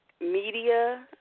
media